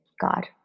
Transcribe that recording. God